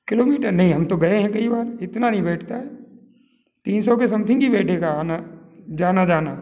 kilometre नहीं हम तो गए हैं कई बार इतना नहीं बैठता है तीन सौ के समथिंग ही बैठेगा आना जाना जाना